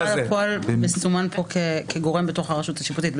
רשם ההוצאה לפועל מסומן כאן כגורם בתוך הרשות השיפוטית.